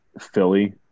Philly